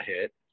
hit